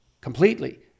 completely